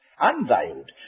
unveiled